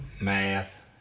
math